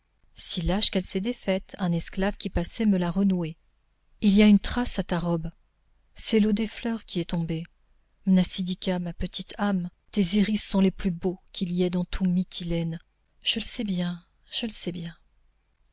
si lâche qu'elle s'est défaite un esclave qui passait me l'a renouée il y a une trace à ta robe c'est l'eau des fleurs qui est tombée mnasidika ma petite âme tes iris sont les plus beaux qu'il y ait dans tout mytilène je le sais bien je le sais bien